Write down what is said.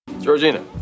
Georgina